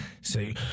say